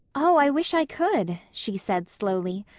oh, i wish i could, she said slowly,